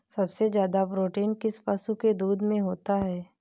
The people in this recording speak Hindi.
सबसे ज्यादा प्रोटीन किस पशु के दूध में होता है?